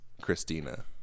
Christina